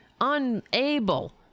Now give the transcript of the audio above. Unable